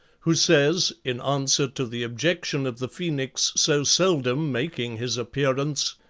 who says, in answer to the objection of the phoenix so seldom making his appearance,